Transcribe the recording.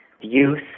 youth